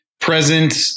present